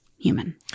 human